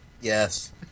Yes